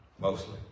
mostly